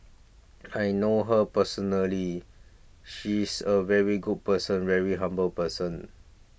I know her personally she's a very good person very humble person